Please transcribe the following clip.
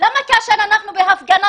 כאשר אנחנו בהפגנה